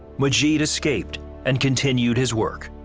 majit escaped and continued his work.